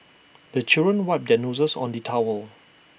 the children wipe their noses on the towel